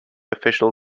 official